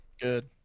Good